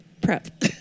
prep